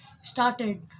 started